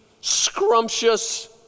scrumptious